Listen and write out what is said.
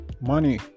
money